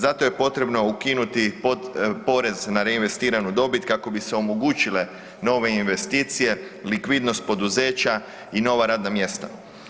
Zato je potrebno ukinuti porez na reinvestiranu dobit kako bi se omogućile nove investicije, likvidnost poduzeća i nova radna mjesta.